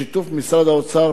בשיתוף משרד האוצר,